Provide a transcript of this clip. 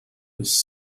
was